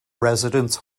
residents